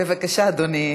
בבקשה, אדוני.